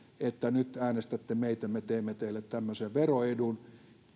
että nyt äänestätte meitä me teemme teille tämmöisen veroedun